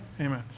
Amen